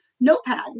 notepad